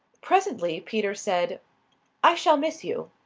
presently peter said i shall miss you.